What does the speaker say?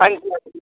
आंजी आंजी